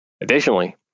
Additionally